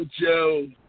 Joe